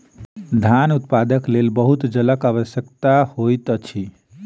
धान उत्पादनक लेल बहुत जलक आवश्यकता होइत अछि